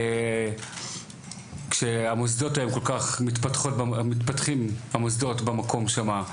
כשהמוסדות מתפתחים במקום שמה,